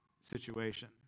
situation